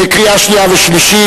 קריאה שנייה וקריאה שלישית.